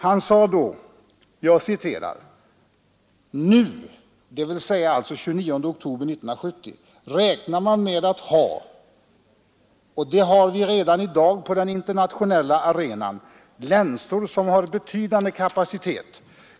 Han sade då: ”Nu räknar man med att ha — det har vi redan i dag på den internationella arenan — länsor som har betydande kapacitet.